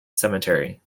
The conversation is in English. cemetery